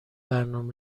برنامه